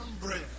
bread